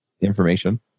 information